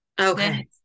okay